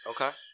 okay